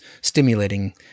stimulating